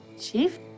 chief